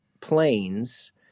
planes